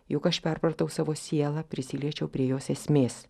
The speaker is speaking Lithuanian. juk aš perpratau savo sielą prisiliečiau prie jos esmės